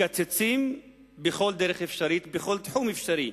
מקצצים בכל דרך אפשרית, בכל תחום אפשרי,